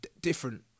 Different